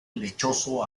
lechoso